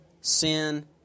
sin